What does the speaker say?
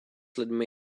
lidmi